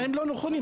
הם לא נכונים.